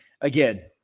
again